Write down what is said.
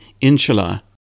Inshallah